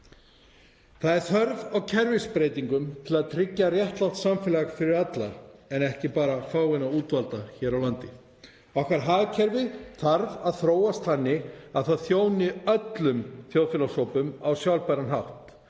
Þörf er á kerfisbreytingum til að tryggja réttlátt samfélag fyrir alla en ekki bara fáeina útvalda hér á landi. Okkar hagkerfi þarf að þróast þannig að það þjóni öllum þjóðfélagshópum á sjálfbæran hátt.